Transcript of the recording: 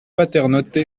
paternotte